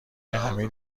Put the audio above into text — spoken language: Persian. حمید